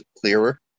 clearer